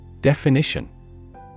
Definition